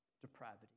depravity